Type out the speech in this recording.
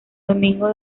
domingo